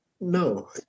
No